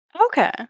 Okay